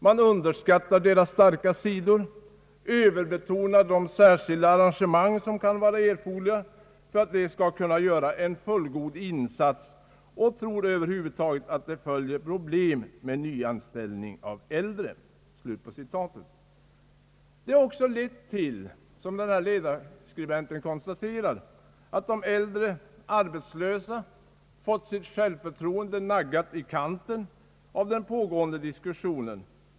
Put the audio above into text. Man underskattar deras starka sidor, överbetonar de särskilda arrangemang som kan vara erforderliga för att de skall kunna göra en fullgod insats och tror över huvud taget att det följer problem med nyanställning av äldre.» Detta har också lett till, som ledarskribenten noterar, att de äldre arbetslösa fått sitt självförtroende naggat i kanten av den pågående diskussionen.